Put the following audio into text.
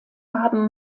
haben